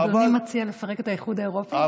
אני מציעה לפרק את האיחוד האירופי.